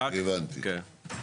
הבנתי,